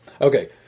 Okay